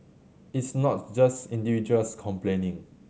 it's not just individuals complaining